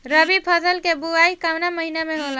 रबी फसल क बुवाई कवना महीना में होला?